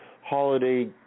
holiday